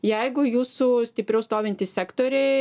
jeigu jūsų stipriau stovintys sektoriai